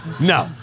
No